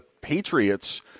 Patriots